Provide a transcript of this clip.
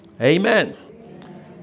amen